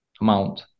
amount